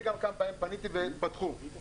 הזכירו כאן כמה מספרים: 1202, 105